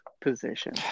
position